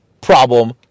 Problem